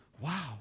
Wow